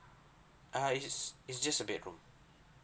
ah it's it's just a bedroom